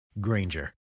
Granger